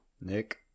Nick